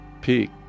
peak